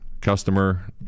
customer